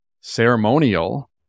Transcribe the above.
ceremonial